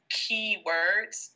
keywords